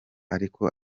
ariko